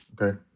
okay